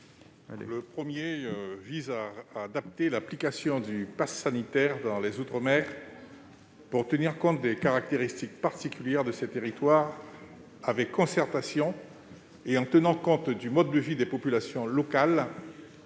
amendement vise à adapter l'application du passe sanitaire dans les outre-mer pour tenir compte des caractéristiques particulières de ces territoires, avec concertation et en tenant compte du mode de vie des populations locales,